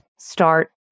Start